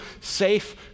safe